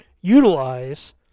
utilize